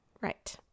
right